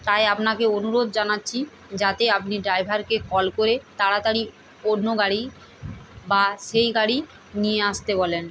তাই আপনাকে অনুরোধ জানাচ্ছি যাতে আপনি ড্রাইভারকে কল করে তাড়াতাড়ি অন্য গাড়ি বা সেই গাড়ি নিয়ে আসতে বলেন